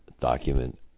Document